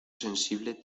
sensible